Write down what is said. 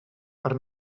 per